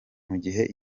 gihe